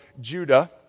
Judah